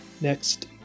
next